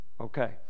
Okay